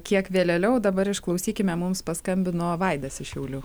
kiek vėlėliau dabar išklausykime mums paskambino vaidas iš šiaulių